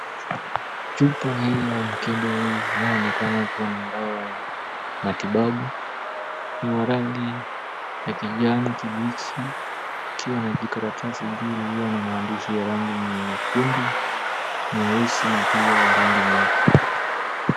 Chupa hii ya mkebe unaoonekana kuwa na dawa ya matibabu, ni wa rangi ya kijani kibichi ikiwa na jikaratasi juu lililo na maandishi ya rangi nyekundu, nyeusi na pia ya rangi nyeupe.